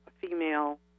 female